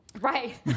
Right